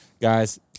guys